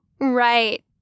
Right